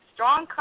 Strong